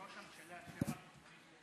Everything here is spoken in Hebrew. בסם אללה אל-רחמאן א-רחים.